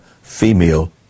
female